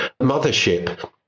mothership